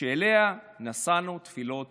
שאליה נשאנו תפילות